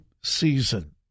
season